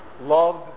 loved